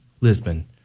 Lisbon